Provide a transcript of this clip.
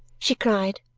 she cried.